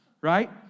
right